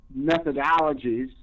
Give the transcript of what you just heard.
methodologies